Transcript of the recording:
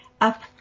up